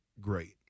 great